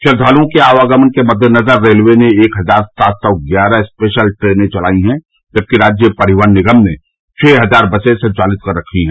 श्रद्वालुओं के आवागमन के मद्देनज़र रेलवे ने एक हज़ार सात सौ ग्यारह स्पेशल ट्रेने चलाई हैं जबकि राज्य परिवहन निगम ने छह हज़ार बसें संचालित कर रखी है